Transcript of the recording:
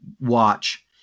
watch